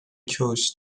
chose